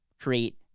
create